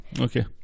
Okay